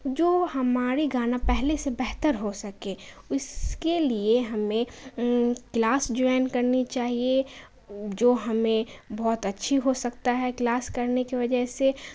جو ہماری گانا پہلے سے بہتر ہو سکے اس کے لیے ہمیں کلاس جوائن کرنی چاہیے جو ہمیں بہت اچھی ہو سکتا ہے کلاس کرنے کی وجہ سے